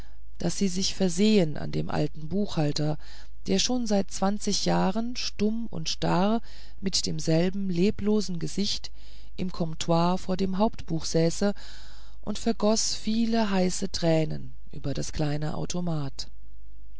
daß sie sich versehen an dem alten buchhalter der schon seit zwanzig jahren stumm und starr mit demselben leblosen gesicht im comptoir vor dem hauptbuch säße und vergoß viele heiße tränen über das kleine automat